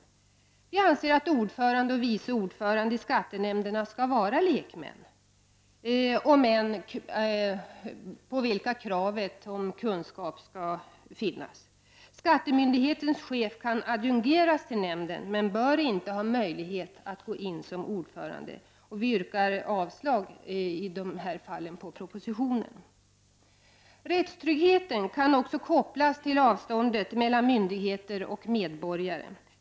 Vi anser att ordförande och vice ordförande i skattenämnderna skall vara lekmän och att det på dessa skall kunna ställas krav på kunskaper. Skattemyndighetens chef kan adjungeras till nämnden, men bör inte ha möjlighet att gå in som ordförande. Vi yrkar i dessa avseenden avslag på propositionen. Rättstryggheten kan också kopplas till avståndet mellan myndigheter och medborgare.